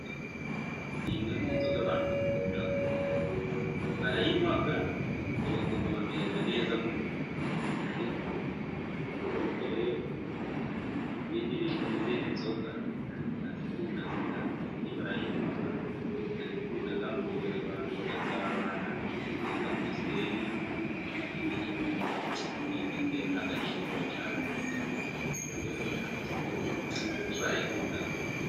Ni imwe mu nzoga abantu bakunda, barayinywa, ngo bakumva bamerewe neza mu mubiri, ariko rero n'izindi nzoga barazikunda da, mitsingi barayinywa , barayikunda, mu birori abantu bagasabana ariko amusiteri benya ari icyo kunywa gifite agaciro cyane, rero amusiteri benshi barayikunda.